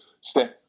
Steph